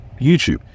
YouTube